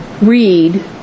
Read